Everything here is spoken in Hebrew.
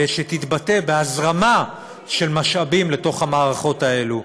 שתתבטא בהזרמה של משאבים לתוך המערכות האלה.